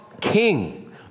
king